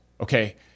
okay